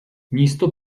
místo